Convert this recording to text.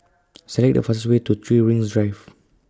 Select The fastest Way to three Rings Drive